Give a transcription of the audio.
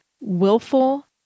willful